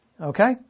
Okay